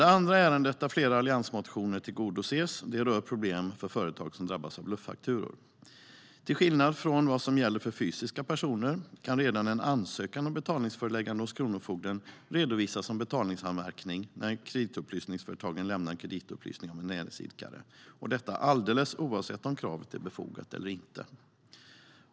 Det andra ärende där flera alliansmotioner tillgodoses rör problem för företag som drabbas av bluffakturor. Till skillnad från vad som gäller för fysiska personer kan redan en ansökan om betalningsföreläggande hos kronofogden redovisas som betalningsanmärkning när kreditupplysningsföretagen lämnar en kreditupplysning om en näringsidkare, alldeles oavsett om kravet är befogat eller inte.